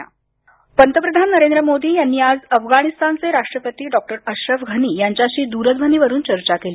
पंतप्रधान पंतप्रधान नरेंद्र मोदी यांनी आज अफगाणिस्तानचे राष्ट्रपती डॉक्टर अशरफ घनी यांच्याशी दूरध्वनीवरून चर्चा केली